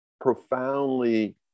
profoundly